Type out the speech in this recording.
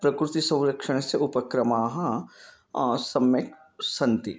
प्रकृतिसौरक्षणस्य उपक्रमाः सम्यक् सन्ति